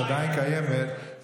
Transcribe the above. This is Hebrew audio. שעדיין קיימת,